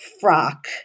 frock